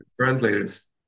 translators